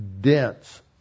dense